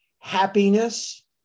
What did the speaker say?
happiness